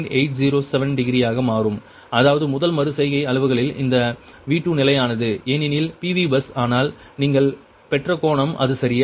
807 டிகிரியாக மாறும் அதாவது முதல் மறு செய்கை அளவுகளில் இந்த V2 நிலையானது ஏனெனில் PV பஸ் ஆனால் நீங்கள் பெற்ற கோணம் அது சரியா